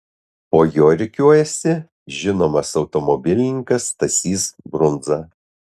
po jo rikiuojasi žinomas automobilininkas stasys brundza